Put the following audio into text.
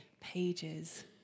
pages